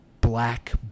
black